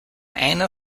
einer